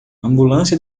ambulância